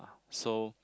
so